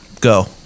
Go